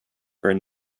are